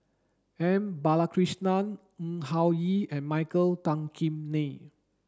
M Balakrishnan Ng Hing Yee and Michael Tan Kim Nei